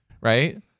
Right